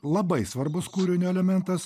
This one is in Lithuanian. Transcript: labai svarbus kūrinio elementas